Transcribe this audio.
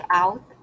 out